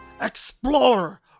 Explore